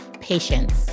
patience